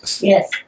Yes